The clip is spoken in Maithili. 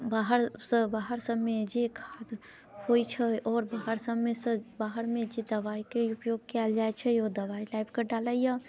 बाहरसँ बाहर सभमे जे खाद होइत छै आओर बाहर सभमेसँ बाहरमे जे दवाइके उपयोग कयल जाइत छै ओ दवाइ लाबिके डालैया